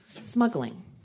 smuggling